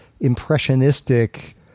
impressionistic